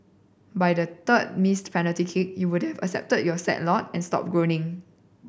by the third missed penalty kick you would've accepted your sad lot and stopped groaning